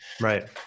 right